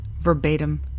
verbatim